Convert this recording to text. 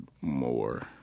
more